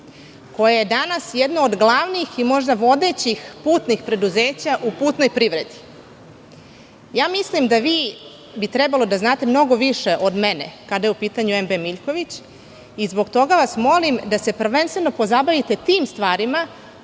koje je danas jedno od glavnih i možda vodećih putnih preduzeća u putnoj privredi. Mislim da bi trebalo da znate mnogo više od mene kada je u pitanju "MB Miljković" i zbog toga vas molim da se prvenstveno pozabavite tim stvarima,